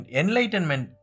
enlightenment